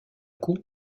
coup